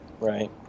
Right